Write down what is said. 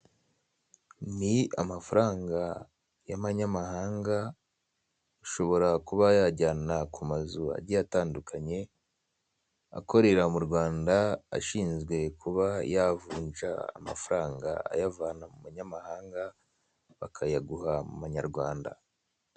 Ni amafaranga y'amanyamahanga ushobora kuba wayajyana ku mazu agiye atandukanye akorera mu Rwanda ashinzwe kuba yavunja amafaranga ayavana mu manyamahanga bakayaguha mu manyarwanda.